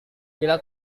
bila